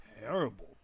terrible